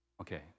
Okay